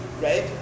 right